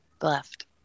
Left